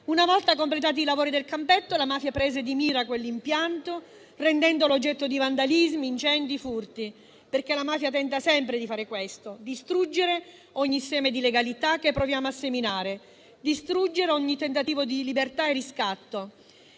Una volta completati i lavori del campetto, la mafia prese di mira quell'impianto rendendolo oggetto di vandalismi, incendi e furti, perché la mafia tenta sempre di fare questo: distruggere ogni seme di legalità che proviamo a seminare; distruggere ogni tentativo di libertà e riscatto.